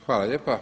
Hvala lijepa.